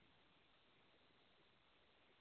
இல்லைங்க ஏர் கூலர்லையும் தண்ணி ஊற்றலாங்க